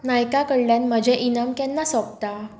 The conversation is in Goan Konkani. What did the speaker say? नायका कडल्यान म्हजें इनाम केन्ना सोंपता